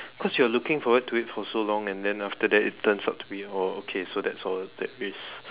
cause you are looking forward to it for so long and then after that it turns out to be oh okay so that's all there is